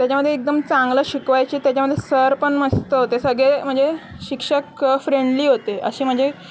त्याच्यामध्ये एकदम चांगला शिकवायचे त्याच्यामध्ये सर पण मस्त होते सगळे म्हणजे शिक्षक फ्रेंडली होते असे म्हणजे